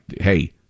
hey